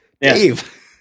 Dave